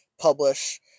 publish